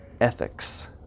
Ethics